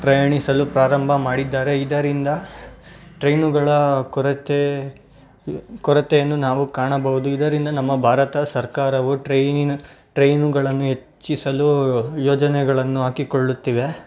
ಪ್ರಯಾಣಿಸಲು ಪ್ರಾರಂಭ ಮಾಡಿದ್ದಾರೆ ಇದರಿಂದ ಟ್ರೈನುಗಳ ಕೊರತೆ ಕೊರತೆಯನ್ನು ನಾವು ಕಾಣಬೌದು ಇದರಿಂದ ನಮ್ಮ ಭಾರತ ಸರ್ಕಾರವು ಟ್ರೈನಿನ ಟ್ರೈನುಗಳನ್ನು ಹೆಚ್ಚಿಸಲು ಯೋಜನೆಗಳನ್ನು ಹಾಕಿಕೊಳ್ಳುತ್ತಿವೆ